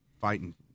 fighting